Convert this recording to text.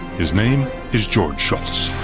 his name is george shultz.